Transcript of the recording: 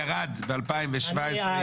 ירד ב-2017,